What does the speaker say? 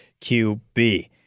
QB